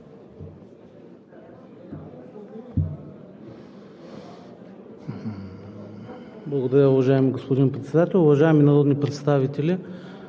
Благодаря, уважаеми господин Председател. Уважаеми народни представители,